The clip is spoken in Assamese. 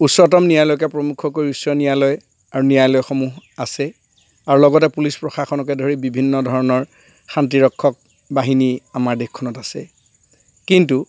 উচ্চতম ন্যায়ালয়কে প্ৰমুখ কৰি উচ্চ ন্যায়ালয় আৰু ন্যায়ালয়সমূহ আছে আৰু লগতে পুলিচ প্ৰশাসনকে ধৰি বিভিন্ন ধৰণৰ শান্তি ৰক্ষক বাহিনী আমাৰ দেশখনত আছে কিন্তু